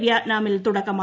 വിയറ്റ്നാമിൽ തുടക്കമായി